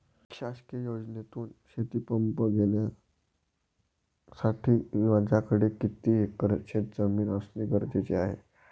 शासकीय योजनेतून शेतीपंप घेण्यासाठी माझ्याकडे किती एकर शेतजमीन असणे गरजेचे आहे?